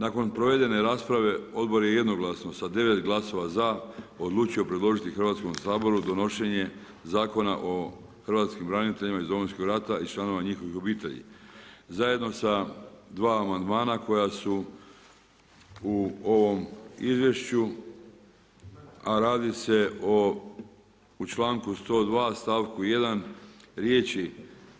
Nakon provedene rasprave odbor je jednoglasno sa 9 glasova za, odlučio predložiti Hrvatskom saboru, donošenje zakona o hrvatskim branitelja iz Domovinskog rata i članovima njihove obitelji, zajedno sa 2 amandmana koja su u ovom izvješću a radi se o u članku 102., stavku 1. riječi